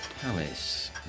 Palace